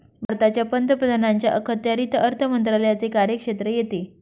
भारताच्या पंतप्रधानांच्या अखत्यारीत अर्थ मंत्रालयाचे कार्यक्षेत्र येते